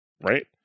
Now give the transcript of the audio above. right